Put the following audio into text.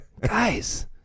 guys